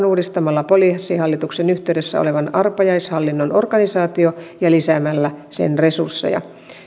uudistamalla poliisihallituksen yhteydessä olevan arpajaishallinnon organisaatio ja lisäämällä sen resursseja